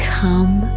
come